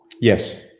Yes